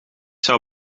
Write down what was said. zou